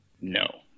No